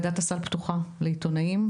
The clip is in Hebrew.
ועדת הסל פתוחה לעיתונאים,